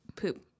poop